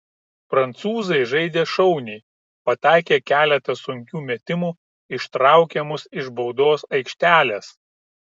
prancūzai žaidė šauniai pataikė keletą sunkių metimų ištraukė mus iš baudos aikštelės